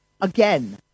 again